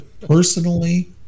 personally